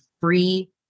free